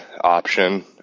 option